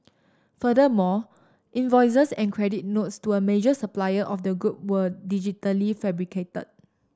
furthermore invoices and credit notes to a major supplier of the group were digitally fabricated